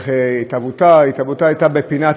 התשע"ז 2017,